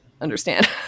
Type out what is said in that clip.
Understand